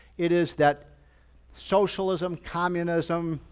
it is that socialism, communism,